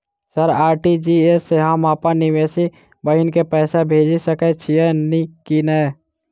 Sir RTGS सँ हम अप्पन विदेशी बहिन केँ पैसा भेजि सकै छियै की नै?